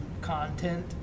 content